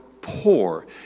poor